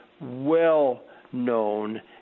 well-known